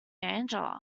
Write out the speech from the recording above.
angela